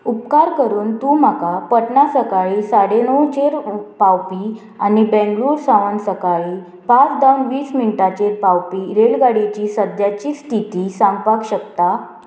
उपकार करून तूं म्हाका पटना सकाळीं साडे णव चेर पावपी आनी बेंगलोर सावन सकाळीं पांच दोन वीस मिनटांचेर पावपी रेलगाडयेची सद्याची स्थिती सांगपाक शकता